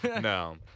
No